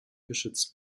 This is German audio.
geschützt